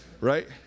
right